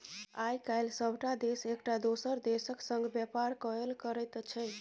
आय काल्हि सभटा देश एकटा दोसर देशक संग व्यापार कएल करैत छै